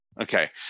okay